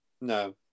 No